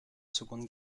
seconde